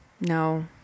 no